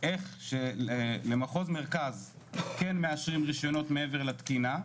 איך למחוז מרכז כן מאשרים רישיונות מעבר לתקינה?